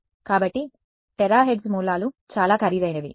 కాబట్టి terahertz source లు చాలా ఖరీదైనవి